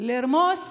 לרמוס